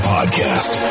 Podcast